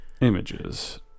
Images